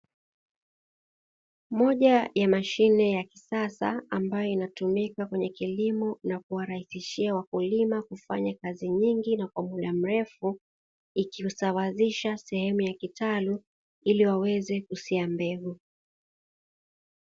Moja ya mashine ya kisasa ambayo inatumika kwenye kilimo na kuwa rahisishia wakulima kufanya kazi nyingi na kwa muda mrefu, ikisawazisha sehemu ya kitalu ili waweze kusia mbegu.